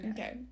Okay